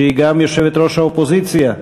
שהיא גם יושבת-ראש האופוזיציה,